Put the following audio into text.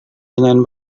dengan